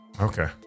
Okay